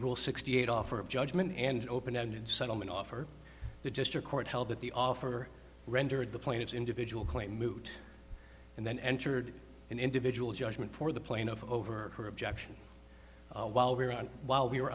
rule sixty eight offer of judgment and open ended settlement offer the district court held that the offer rendered the plaintiff's individual claim moot and then entered an individual judgment for the plaintiff over her objection while we're on while we were